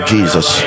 Jesus